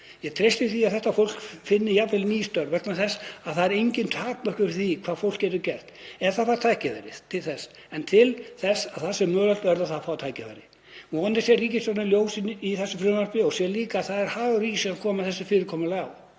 Ég treysti því að þetta fólk finni jafnvel ný störf vegna þess að það eru engin takmörk fyrir því hvað fólk getur gert ef það fær tækifæri til þess. En til þess að það sé mögulegt verður það að fá tækifæri. Vonandi sér ríkisstjórnin ljós í þessu frumvarpi og sér líka að það er hagur ríkisins að koma þessu fyrirkomulagi á.